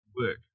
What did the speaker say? work